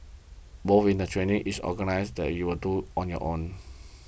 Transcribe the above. in the training is organised you are do on your own